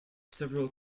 several